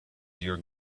your